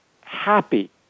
happy